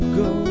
go